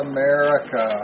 America